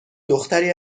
دختری